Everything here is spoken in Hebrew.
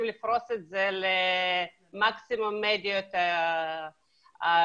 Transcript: לפרוס את זה למקסימום המדיות האפשריות.